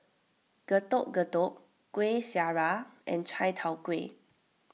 Getuk Getuk Kueh Syara and Chai Tow Kuay